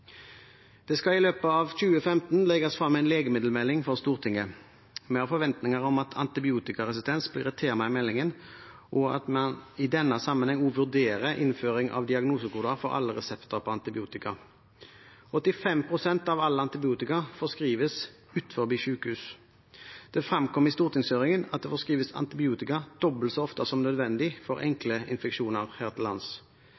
Det skal i løpet av 2015 legges frem en legemiddelmelding for Stortinget. Vi har forventninger om at antibiotikaresistens blir et tema i meldingen, og at man i denne sammenheng også vurderer innføring av diagnosekoder for alle resepter på antibiotika. 85 pst. av all antibiotika forskrives utenfor sykehus. Det fremkom i stortingshøringen at det nå forskrives antibiotika dobbelt så ofte som nødvendig for enkle infeksjoner her til lands.